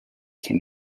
can